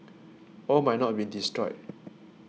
all might not be destroyed